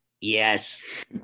Yes